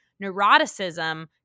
neuroticism